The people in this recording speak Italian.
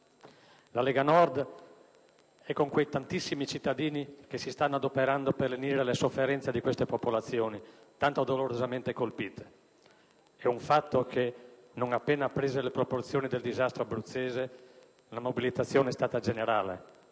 La Lega Nord è con quei tantissimi cittadini che si stanno adoperando per lenire le sofferenze di queste popolazioni tanto dolorosamente colpite. È un fatto che, non appena apprese le proporzioni del disastro abruzzese, la mobilitazione è stata generale.